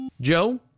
Joe